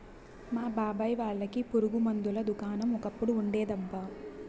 మా బాబాయ్ వాళ్ళకి పురుగు మందుల దుకాణం ఒకప్పుడు ఉండేదబ్బా